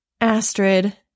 Astrid